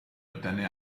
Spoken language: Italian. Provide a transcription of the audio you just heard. ottenne